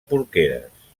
porqueres